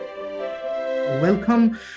Welcome